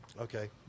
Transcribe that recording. Okay